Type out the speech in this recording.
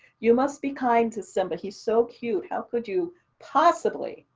you must be kind to so him, but he's so cute. how could you possibly,